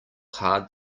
hard